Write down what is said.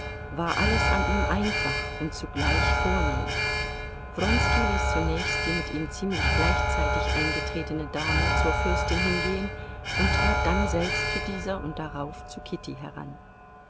war alles an ihm einfach und zugleich vornehm wronski ließ zunächst die mit ihm ziemlich gleichzeitig eingetretene dame zur fürstin hingehen und trat dann selbst zu dieser und darauf zu kitty heran